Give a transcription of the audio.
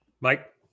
Mike